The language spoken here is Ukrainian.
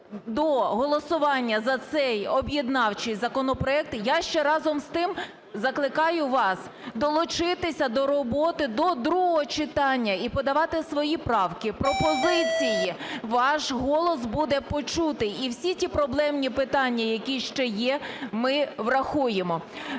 до голосування за цей об'єднавчий законопроект, я ще, разом з тим, закликаю вас долучитися до роботи до другого читання і подавати свої правки, пропозиції. Ваш голос буде почутий і всі ті проблемні питання, які ще є, ми врахуємо.